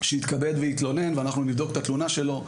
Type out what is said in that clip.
שיתכבד ויתלונן ואנחנו נבדוק את התלונה שלו.